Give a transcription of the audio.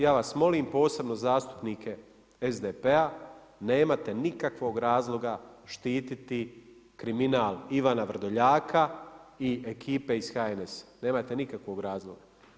Ja vas molim posebno zastupnike SDP-a, nemate nikakvog razloga štititi kriminal Ivana Vrdoljaka i ekipe iz HNS-a, nemate nikakvog razloga.